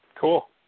Cool